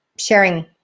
Sharing